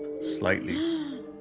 slightly